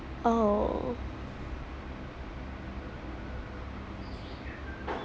oh